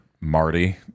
Marty